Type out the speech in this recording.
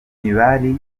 ntibari